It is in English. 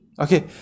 okay